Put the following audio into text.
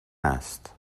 است